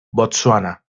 botsuana